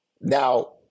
Now